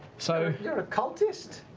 so you're a cultist?